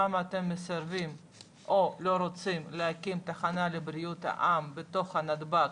למה אתם מסרבים או לא רוצים להקים תחנה לבריאות העם בתוך נתב"ג,